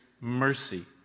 mercy